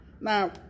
Now